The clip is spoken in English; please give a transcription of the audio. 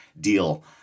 deal